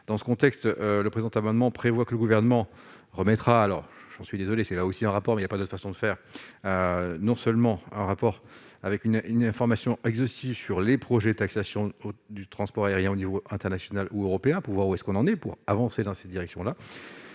dans ce contexte, le présent amendement prévoit que le gouvernement remettra alors je suis désolé, c'est là aussi un rapport mais il y a pas d'autre façon de faire non seulement un rapport avec une une information exhaustive sur les projets de taxation du transport aérien au niveau international ou européen pour voir où est-ce qu'on en est pour avancer dans cette direction-là